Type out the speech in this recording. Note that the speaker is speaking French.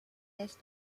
laisse